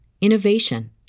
innovation